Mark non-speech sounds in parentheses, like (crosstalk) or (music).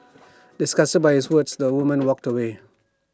(noise) disgusted by his words the woman walked away